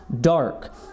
dark